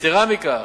יתירה מכך,